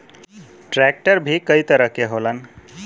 tractor भी कई तरह के होलन